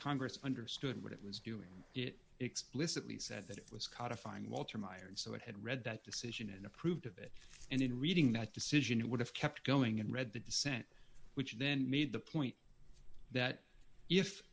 congress understood what it was doing it explicitly said that it was caught a fine walter meyer and so it had read that decision and approved of it and in reading that decision it would have kept going and read the dissent which then made the point that if